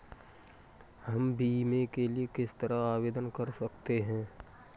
हम बीमे के लिए किस तरह आवेदन कर सकते हैं?